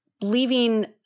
leaving